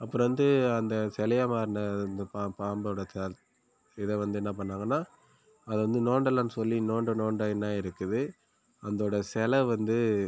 அப்புறம் வந்து அந்த சிலையா மாறின அந்த பாம்பு பாம்போடய இதை வந்து என்ன பண்ணாங்கனா அதை வந்து நோண்டலானு சொல்லி நோண்ட நோண்ட என்ன ஆகிருக்குது அந்தோட சிலை வந்து